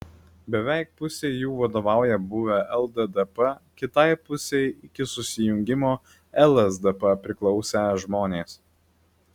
beveik pusei jų vadovauja buvę lddp kitai pusei iki susijungimo lsdp priklausę žmonės